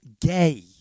gay